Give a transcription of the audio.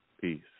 Peace